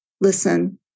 Listen